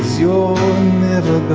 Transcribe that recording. you never